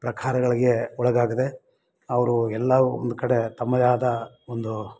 ಪ್ರಕಾರಗಳಿಗೆ ಒಳಗಾಗದೆ ಅವರು ಎಲ್ಲ ಒಂದು ಕಡೆ ತಮ್ಮದೇ ಆದ ಒಂದು